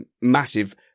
massive